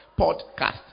podcast